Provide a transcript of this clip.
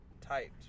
typed